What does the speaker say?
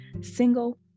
single